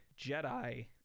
Jedi